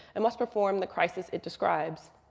it must perform the crisis it describes.